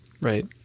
Right